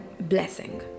blessing